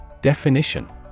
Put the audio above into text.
Definition